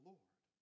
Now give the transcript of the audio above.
Lord